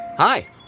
Hi